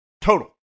Total